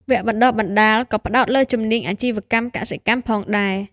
វគ្គបណ្តុះបណ្តាលក៏ផ្តោតលើជំនាញអាជីវកម្មកសិកម្មផងដែរ។